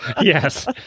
Yes